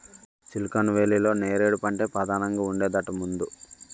silicon వేలీలో నేరేడు పంటే పదానంగా ఉండేదట ముందు